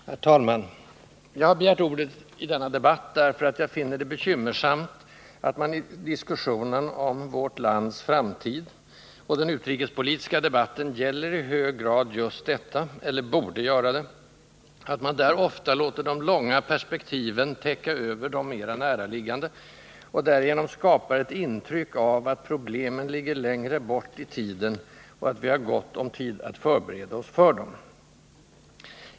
Herr talman! Jag har begärt ordet i denna debatt, därför att jag finner det bekymmersamt att man i diskussionen om vårt lands framtid — och den utrikespolitiska debatten gäller i hög grad just detta, eller borde göra det — ofta låter de långa perspektiven täcka över de näraliggande och därigenom skapar ett intryck av att problemen ligger längre bort i tiden och att vi har gott om tid att förbereda oss för dem.